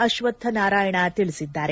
ಅಕ್ಷತ್ ನಾರಾಯಣ ತಿಳಿಸಿದ್ದಾರೆ